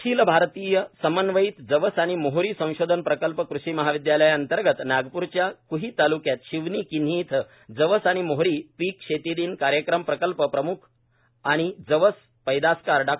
अखिल भारतीय समंवयित जवस आणि मोहरी संशोधन प्रकल्प कृषी महाविदयालय अंतर्गत नागप्रच्या क्ही ताल्क्यात शिवनी किन्ही इथं जवस आणि मोहरी पीक शेती दिन कार्यक्रम प्रकल्प प्रम्ख आणि जवस पैदासकार डॉ